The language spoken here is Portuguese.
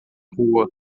rua